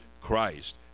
Christ